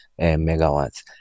megawatts